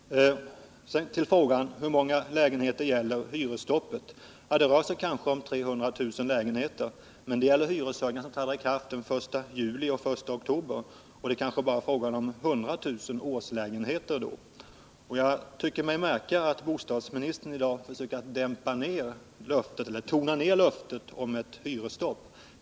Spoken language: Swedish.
Hur många lägenheter gäller hyresstoppet? Det rör sig kanske om 300 000 lägenheter, men det avser hyreshöjningar som träder i kraft den 1 juli och den 1 oktober, och då är det kanske bara fråga om 100 000 årslägenheter. Jag tycker mig märka att bostadsministern i dag försöker tona ner löftet om ett hyresstopp.